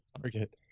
Target